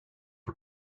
for